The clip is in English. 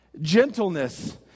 Gentleness